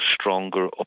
stronger